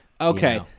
Okay